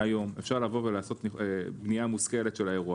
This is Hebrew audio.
היום אפשר לבוא ולעשות בנייה מושכלת של האירוע